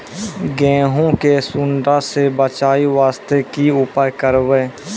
गहूम के सुंडा से बचाई वास्ते की उपाय करबै?